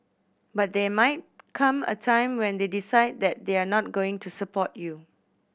but there might come a time when they decide that they're not going to support you